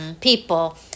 people